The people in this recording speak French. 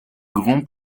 grand